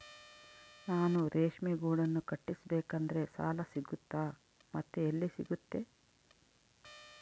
ನಾನು ರೇಷ್ಮೆ ಗೂಡನ್ನು ಕಟ್ಟಿಸ್ಬೇಕಂದ್ರೆ ಸಾಲ ಸಿಗುತ್ತಾ ಮತ್ತೆ ಎಲ್ಲಿ ಸಿಗುತ್ತೆ?